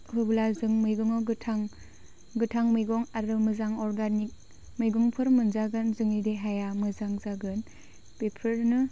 होब्ला जों मैगङाव गोथां गोथां मैगं आरो मोजां अर्गानिक मैगंफोर मोनजागोन जोंनि देहाया मोजां जागोन बेफोरनो